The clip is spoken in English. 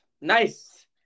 nice